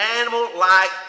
animal-like